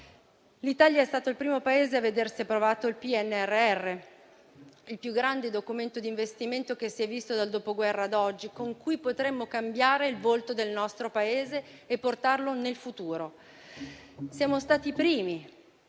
L'Italia è stato il primo Paese a vedersi approvato il PNRR, il più grande documento d'investimento che si è visto dal dopoguerra ad oggi, con cui potremo cambiare il volto del nostro Paese e portarlo nel futuro. Siamo stati i primi